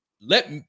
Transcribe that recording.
let